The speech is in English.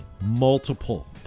multiple